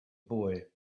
boy